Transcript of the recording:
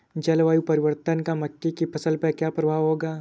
जलवायु परिवर्तन का मक्के की फसल पर क्या प्रभाव होगा?